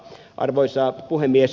arvoisa puhemies